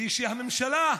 ושהממשלה,